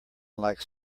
likes